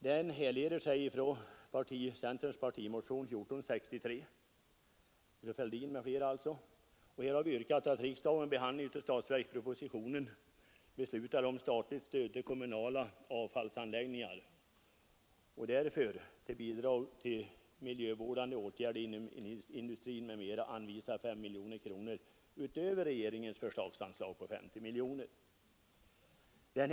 Den härleder sig från centerns partimotion 1463 av herr Fälldin m.fl. I denna yrkas att riksdagen vid behandling av statsverkspropositionen beslutar om statliga bidrag till kommunala avfallsanläggningar och till bidrag till miljövårdande åtgärder inom industrin m.m. anvisar 5 miljoner kronor utöver regeringens förslagsanslag på 50 miljoner kronor.